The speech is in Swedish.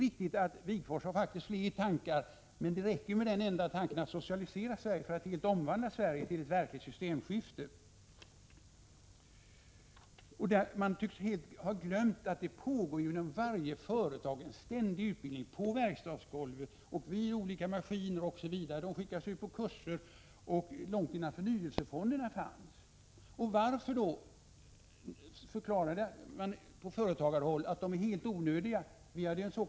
Visst hade Wigforss flera tankar, men vad gäller ett systemskifte räcker det med tanken på en fullständig socialisering av Sverige. Man tycks helt ha glömt att det inom varje företag pågått en ständig utbildningsverksamhet, vid maskiner, 21 ute på verkstadsgolvet, genom att personalen skickas på kurser osv., långt innan förnyelsefonderna fanns. Varför förklarar man från företagarhåll att förnyelsefonderna är helt onödiga?